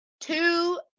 Two